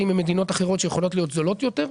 ממדינות אחרות שיכולות להיות זולות יותר.